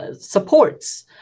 supports